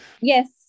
yes